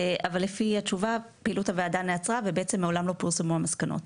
אבל לפי התשובה פעילו הוועדה נעצרה ובעצם מעולם לא פורסמו המסקנות.